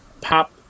Pop